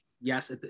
Yes